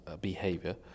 behavior